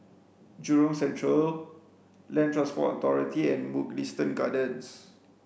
Jurong Central Land Transport Authority and Mugliston Gardens